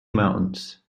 mountains